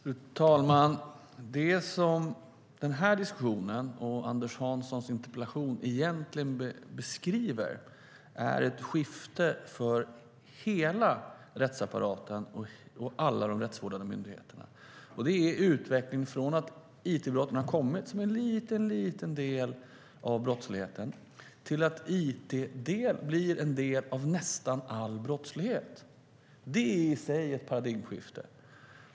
Fru talman! Denna diskussion och Anders Hanssons interpellation beskriver egentligen ett skifte för hela rättsapparaten och alla de rättsvårdande myndigheterna. Det är utvecklingen från det att it-brotten kom som en liten, liten del av brottsligheten till dess att it blev en del av nästan all brottslighet. Det är i sig ett paradigmskifte.